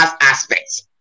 aspects